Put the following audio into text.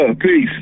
Peace